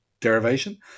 derivation